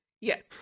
Yes